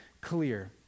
clear